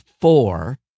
four